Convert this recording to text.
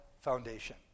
foundation